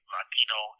Latino